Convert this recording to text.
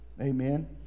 Amen